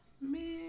Man